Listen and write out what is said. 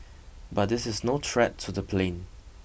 but this is no threat to the plane